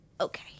Okay